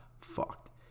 fucked